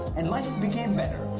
and life became better!